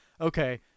okay